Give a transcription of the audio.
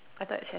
I thought can